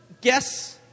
guess